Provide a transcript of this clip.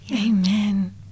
amen